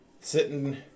Sitting